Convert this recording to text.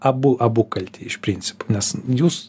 abu abu kalti iš principo nes jūs